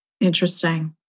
Interesting